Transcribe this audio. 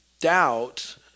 Doubt